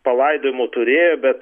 palaidojimų turėjo bet